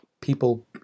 people